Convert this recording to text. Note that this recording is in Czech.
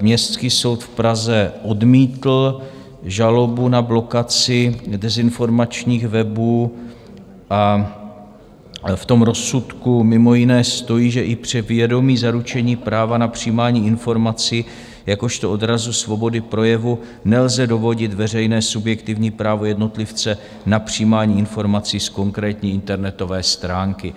Městský soud v Praze odmítl žalobu na blokaci dezinformačních webů a v rozsudku mimo jiné stojí, že i při vědomí zaručení práva na přijímání informací jakožto odrazu svobody projevu nelze dovodit veřejné subjektivní právo jednotlivce na přijímání informací z konkrétní internetové stránky.